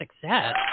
success